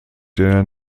der